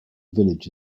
village